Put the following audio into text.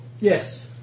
Yes